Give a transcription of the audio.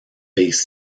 base